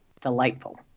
delightful